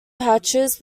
patches